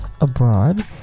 abroad